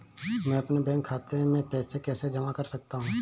मैं अपने बैंक खाते में पैसे कैसे जमा कर सकता हूँ?